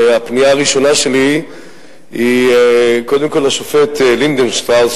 והפנייה הראשונה שלי היא קודם כול לשופט לינדנשטראוס,